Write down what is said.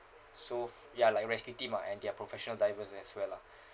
so ya like rescue team ah and they are professional divers as well lah